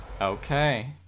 Okay